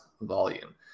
volume